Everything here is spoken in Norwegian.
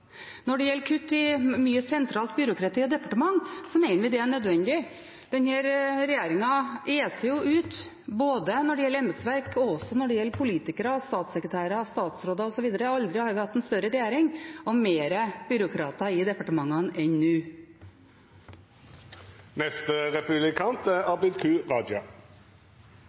Når det gjelder kutt i sentralt byråkrati og departementer, mener vi det er nødvendig. Denne regjeringen eser jo ut, både når det gjelder embetsverk, og når det gjelder politikere, statssekretærer, statsråder osv. Aldri har vi hatt en større regjering og flere byråkrater i departementene enn nå. Senterpartiets retorikk om hvor galt det går i landet, er